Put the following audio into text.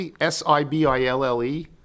S-I-B-I-L-L-E